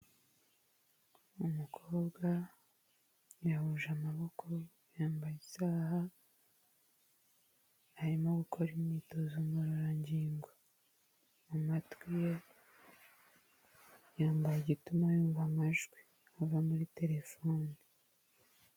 Umukobwa yahuje amaboko, yambaye isaha, arimo gukora imyitozo ngororangingo, mu matwi ye yambaye igituma yumva amajwi ava muri terefone.